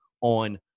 on